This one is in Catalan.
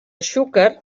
xúquer